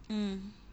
mm